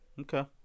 Okay